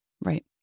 Right